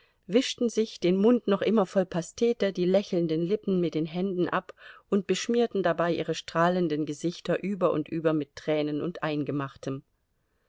wischten sich den mund noch immer voll pastete die lächelnden lippen mit den händen ab und beschmierten dabei ihre strahlenden gesichter über und über mit tränen und eingemachtem